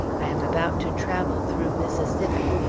i am about to travel through mississippi,